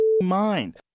mind